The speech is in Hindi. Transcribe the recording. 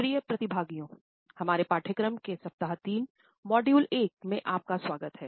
प्रिय प्रतिभागियों हमारे पाठ्यक्रम के सप्ताह 3 मॉड्यूल 1 में आप का स्वागत है